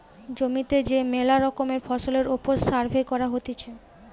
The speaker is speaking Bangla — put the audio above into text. জমিতে যে মেলা রকমের ফসলের ওপর সার্ভে করা হতিছে